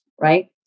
right